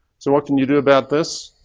so what can you do about this?